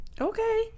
Okay